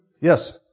Yes